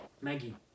Maggie